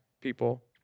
people